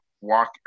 walk